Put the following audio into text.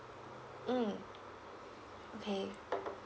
mm okay